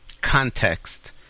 context